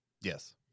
yes